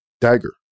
Dagger